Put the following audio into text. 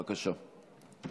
בבקשה.